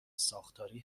ساختاری